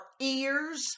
ears